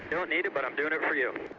don't need it, but i'm doing it for you.